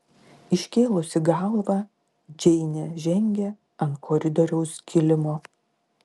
iškėlusi galvą džeinė žengė ant koridoriaus kilimo